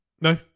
No